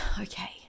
okay